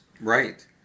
Right